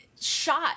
shot